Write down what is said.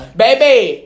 baby